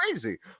crazy